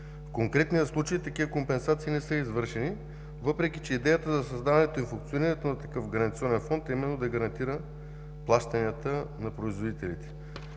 В конкретния случай такива компенсации не са извършени, въпреки че идеята за създаването и функционирането на такъв Гаранционен фонд е именно да гарантира плащанията на производителите.